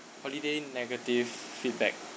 holiday negative feedback